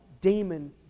demon